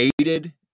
aided